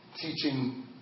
teaching